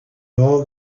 all